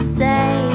say